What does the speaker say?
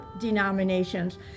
denominations